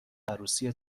عروسی